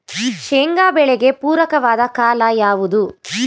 ಶೇಂಗಾ ಬೆಳೆಗೆ ಪೂರಕವಾದ ಕಾಲ ಯಾವುದು?